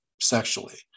sexually